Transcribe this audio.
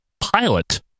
Pilot